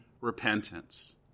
repentance